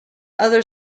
other